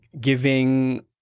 giving